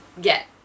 get